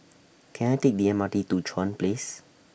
Can I Take The M R T to Chuan Place